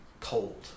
cold